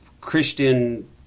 Christian